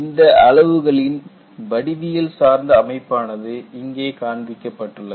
இந்த அளவுகளின் வடிவியல் சார்ந்த அமைப்பானது இங்கே காண்பிக்கப்பட்டுள்ளது